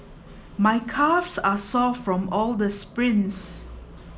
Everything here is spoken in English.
my calves are sore from all the sprints